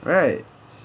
right